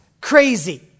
crazy